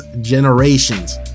generations